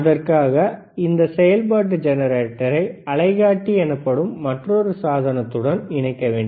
அதற்காக இந்த செயல்பாட்டு ஜெனரேட்டரை அலைக்காட்டி எனப்படும் மற்றொரு சாதனத்துடன் இணைக்க வேண்டும்